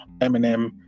Eminem